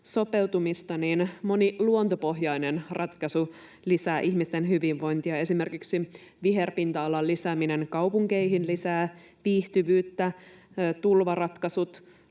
sopeutumista, niin moni luontopohjainen ratkaisu lisää ihmisten hyvinvointia. Esimerkiksi viherpinta-alan lisääminen kaupunkeihin lisää viihtyvyyttä. Tulvaratkaisut